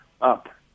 up